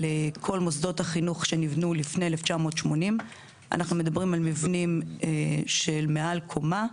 על כל מוסדות החינוך שניבנו לפני 1980. אנחנו מדברים על מבנים של מעל קומה,